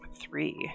three